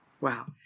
Wow